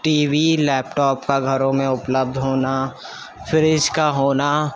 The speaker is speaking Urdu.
ٹی وی لیپ ٹاپ کا گھروں میں اپلبدھ ہونا فریج کو ہونا